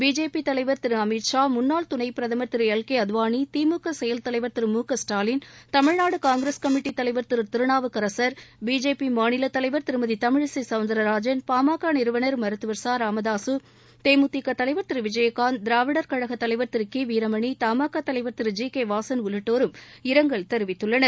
BJP தலைவர் திரு அமத்ஷா முன்னாள் துணை பிரதமர் திரு எல் கே அத்வானி திமுக செயல் தலைவர் திரு மு க ஸ்டாலின் தமிழ்நாடு காங்கிரஸ் கமிட்டி தலைவர் திரு திருநாவுக்கரசர் பிஜேபி மாநில தலைவர் திருமதி தமிழிசை சௌந்தரராஜன் பாமக நிறுவனர் மருத்துவர் ச ராம்தாக தேமுதிக தலைவர் திரு விஜயகாந்த் திராவிடர் கழக தலைவர் திரு கீ வீரமணி தமாகா தலைவர் திரு ஜி கே வாசன் உள்ளிட்டோரும் இரங்கல் தெரிவித்துள்ளனர்